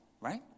right